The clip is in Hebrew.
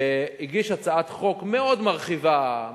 הגיש הצעת חוק מאוד מרחיבה,